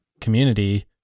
community